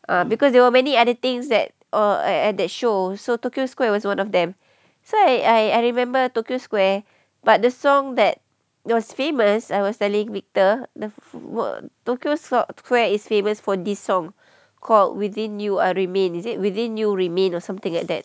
uh because there are many other things that err at that show so tokyo square was one of them so I I I remember tokyo square but the song that that was famous I was telling victor the word tokyo slot square is famous for this song called within you I remain is it within you remain or something like that